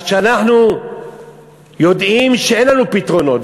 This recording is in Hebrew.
אז כשאנחנו יודעים שאין לנו פתרונות,